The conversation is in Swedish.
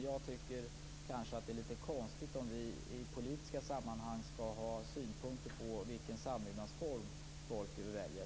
Jag tycker kanske att det är litet konstigt om vi i politiska sammanhang skall ha synpunkter på vilken samlevnadsform folk väljer.